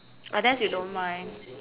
unless you don't mind